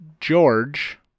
George